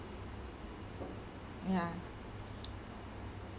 ya